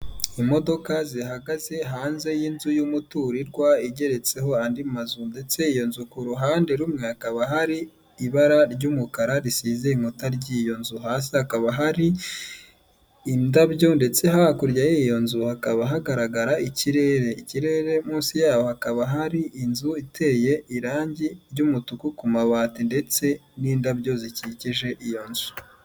Imodoka zihagaze hanze y'inzu y'umuturirwa igeretseho andi mazu ndetse iyo nzu ku ruhande rumwe hakaba hari ibara ry'umukara risize inkuta ry'iyo nzu, hasi hakaba hari indabyo ndetse hakurya y'iyo nzu hakaba hagaragara ikirere. Ikirere munsi yaho hakaba hari inzu iteye irangi ry'umutuku ku mabati ndetse n'indabyo zikikije iyo nzu.